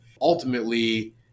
ultimately